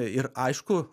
ir aišku